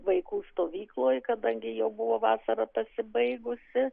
vaikų stovykloj kadangi jau buvo vasarą pasibaigusi